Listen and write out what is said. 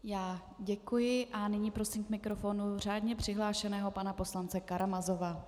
Já děkuji a nyní prosím k mikrofonu řádně přihlášeného pana poslance Karamazova.